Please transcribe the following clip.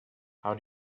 how